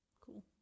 Cool